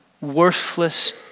worthless